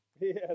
Yes